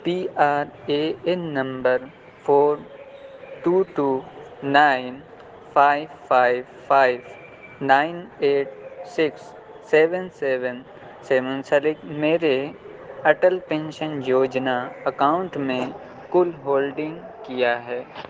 P R A N number four two two nine five five five nine eight six seven seven سے منسلک میرے Atal pension Yojana account میں کل holding کیا ہے